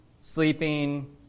sleeping